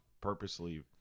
purposely